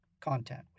content